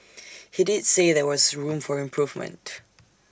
he did say there was room for improvement